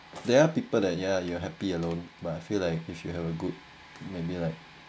there are people that you are you happy alone but I feel like if you have a good maybe like